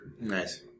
Nice